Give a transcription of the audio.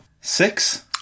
six